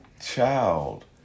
child